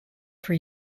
for